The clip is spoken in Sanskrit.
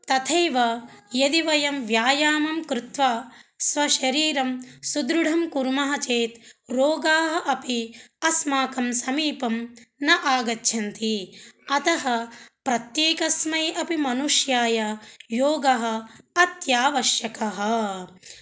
तथैव यदि वयं व्यायामं कृत्वा स्वशरीरं सुदृढं कुर्मः चेत् रोगाः अपि अस्माकं समीपं न आगच्छन्ति अतः प्रत्येकस्मै अपि मनुष्याय योगः अत्यावश्यकः